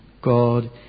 God